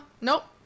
Nope